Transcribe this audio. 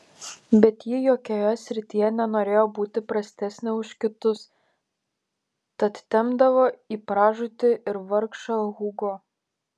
bet ji jokioje srityje nenorėjo būti prastesnė už kitus tad tempdavo į pražūtį ir vargšą hugo